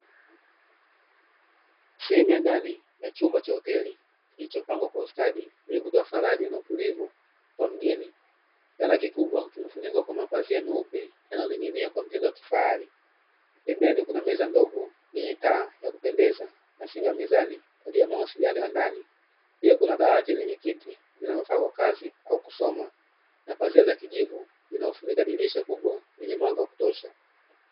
Sehemu ya ndani ya chumba cha kilichoo pangwa kwa ustadi chenye kutoa faraja na utulivu kwa mgeni, kitanda kikubwa kimefunikwa kwa mapazia meupe yanayoning'inia kwa mtindo wa kifahari pembeni kuna meza ndogo yenye taa ya kupendeza na simu ya mezani tabia ya mawasiliano ya ndani je kuna dawati yenye kiti inayofaa kwa kazi au kusoma na pazia za kijivu zinawafunika dirisha kubwa kwenye mwanga wa kutosha.